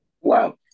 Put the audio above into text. Wow